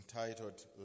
entitled